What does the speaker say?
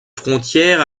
frontière